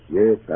yes